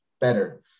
better